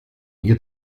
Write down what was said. ihr